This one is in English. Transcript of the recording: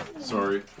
Sorry